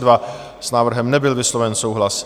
S návrhem nebyl vysloven souhlas.